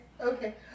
Okay